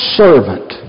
servant